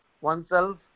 oneself